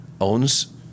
owns